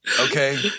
okay